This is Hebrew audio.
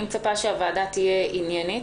אני מצפה שהוועדה תהיה עניינית.